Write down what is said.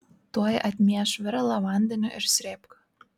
tuoj atmieš viralą vandeniu ir srėbk